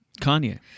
kanye